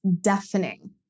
deafening